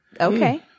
okay